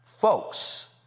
Folks